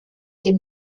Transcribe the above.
dem